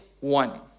one